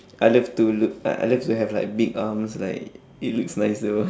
I love to l~ I love to have like big arms like it looks nicer